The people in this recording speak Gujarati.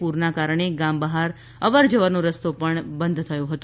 પુરનાં કારણે ગામ બહાર અવર જવરનો રસ્તો બંધ થયો છે